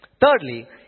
Thirdly